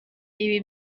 ibi